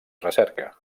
recerca